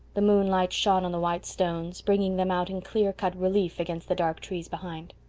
the moonlight shone on the white stones, bringing them out in clear-cut relief against the dark trees behind.